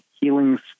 healings